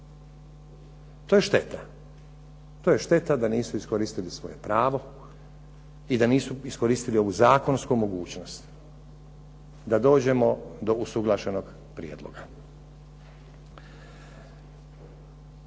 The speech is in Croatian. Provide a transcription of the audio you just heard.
To je šteta. To je šteta da nisu iskoristili svoje pravo i da nisu iskoristili ovu zakonsku mogućnost da dođemo do usuglašenog prijedloga.